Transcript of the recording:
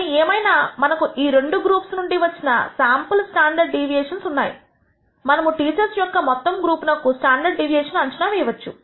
కానీ ఏమైనా మనకు ఈ రెండు గ్రూప్స్ నుండి వచ్చిన శాంపుల్ స్టాండర్డ్ డీవియేషన్స్ ఉన్నాయి మనము టీచర్స్ యొక్క మొత్తం గ్రూప్ నకు స్టాండర్డ్ డీవియేషన్ అంచనా వేయవచ్చు